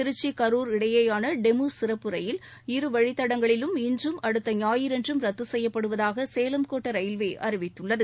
திருச்சி கரூர் இடையேயான டெமு சிறப்பு ரயில் இருவழித் தடங்களிலும் இன்றும் அடுத்த ஞாயிறன்றும் ரத்து செய்யப்படுவதாக சேலம் கோட்ட ரயில்வே அறிவித்துள்ளது